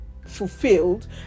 fulfilled